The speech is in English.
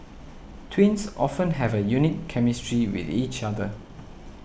twins often have a unique chemistry with each other